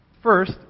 First